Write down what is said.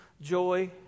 joy